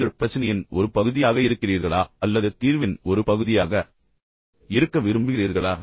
நீங்கள் பிரச்சினையின் ஒரு பகுதியாக இருக்கிறீர்களா அல்லது தீர்வின் ஒரு பகுதியாக இருக்க விரும்புகிறீர்களா